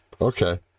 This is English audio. Okay